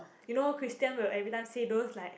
you know Christian will every time say those like